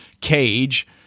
cage